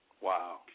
Wow